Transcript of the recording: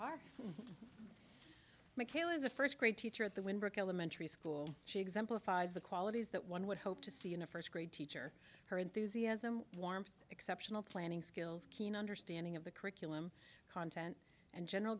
are mikael is a first grade teacher at the wynn brook elementary school she exemplifies the qualities that one would hope to see in a first grade teacher her enthusiasm warmth exceptional planning skills keen understanding of the curriculum content and general